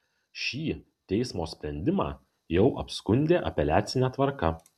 šį teismo sprendimą jau apskundė apeliacine tvarka